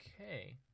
Okay